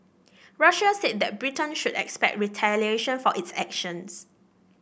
Russia said that Britain should expect retaliation for its actions